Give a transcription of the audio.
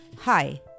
Hi